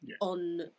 on